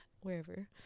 wherever